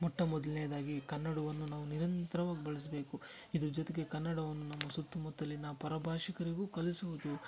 ಮೊಟ್ಟ ಮೊದಲ್ನೇದಾಗಿ ಕನ್ನಡವನ್ನು ನಾವು ನಿರಂತರವಾಗಿ ಬಳಸಬೇಕು ಇದ್ರ ಜೊತೆಗೆ ಕನ್ನಡವನ್ನು ನಮ್ಮ ಸುತ್ತಮುತ್ತಲಿನ ಪರಭಾಷಿಗರಿಗೂ ಕಲಿಸುವುದು